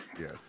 Yes